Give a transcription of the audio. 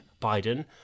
Biden